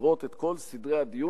ומסדירים את כל סדרי הדיון.